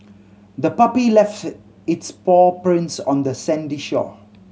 the puppy left its paw prints on the sandy shore